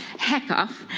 hatkoff,